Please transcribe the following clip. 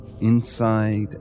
inside